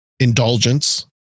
indulgence